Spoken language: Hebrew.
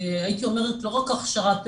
הייתי אומרת לא רק הכשרה,